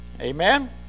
Amen